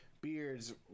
beards